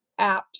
apps